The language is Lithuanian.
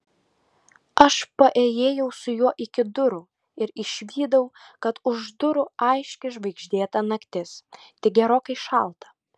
aš paėjėjau su juo iki durų ir išvydau kad už durų aiški žvaigždėta naktis tik gerokai šalta